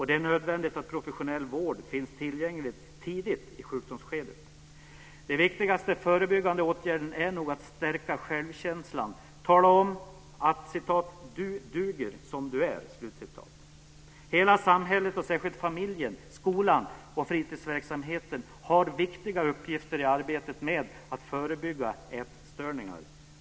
Det är nödvändigt att professionell vård finns tillgänglig tidigt i sjukdomsskedet. Den viktigaste förebyggande åtgärden är nog att stärka självkänslan, tala om att "du duger som du är". Hela samhället och särskilt familjen, skolan och fritidsverksamheten har viktiga uppgifter i arbetet med att förebygga ätstörningar.